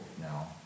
now